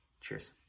Cheers